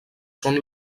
són